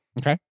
Okay